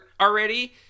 already